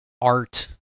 art